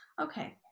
okay